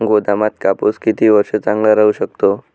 गोदामात कापूस किती वर्ष चांगला राहू शकतो?